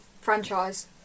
franchise